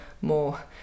more